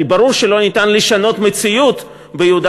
כי ברור שלא ניתן לשנות מציאות ביהודה